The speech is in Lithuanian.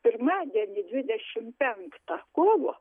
pirmadienį dvidešim penktą kovo